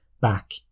back